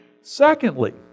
Secondly